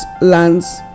lands